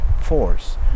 force